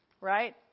Right